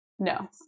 No